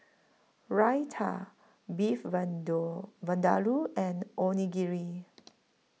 Raita Beef Vindaloo and Onigiri